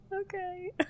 okay